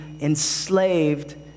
enslaved